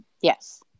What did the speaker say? yes